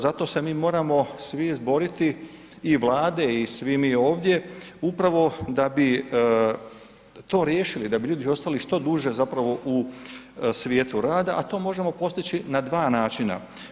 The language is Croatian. Zato se mi moramo svi izboriti i vlade i svi mi ovdje upravo da bi to riješili, da bi ljudi ostali što duže zapravo u svijetu rada, a to možemo postići na 2 načina.